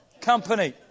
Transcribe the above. company